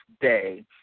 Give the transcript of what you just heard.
day